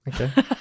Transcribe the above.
Okay